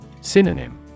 Synonym